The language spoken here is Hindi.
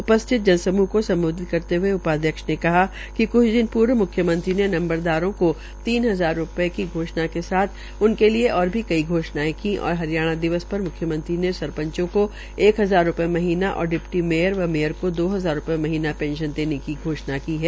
उपस्थित जनसमूह को सम्बोधित करते हए उपाध्यक्ष ने कहा कि क्छ दिन पूर्व म्ख्यमंत्री ने नंबरदारों को तीन हजार रूपये की घोषणा के साथ उनके लिये ओर भी घोषणाये की और हरियाणा दिवस पर म्ख्यमंत्री ने सरपंचों को एक हजार रूपये महीना और डिपटी मेयर व मेयर को दो हजार रूपये महीना पेंशन देने की घोषणा की है